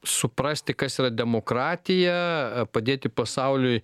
suprasti kas yra demokratija padėti pasauliui